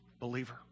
believer